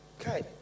Okay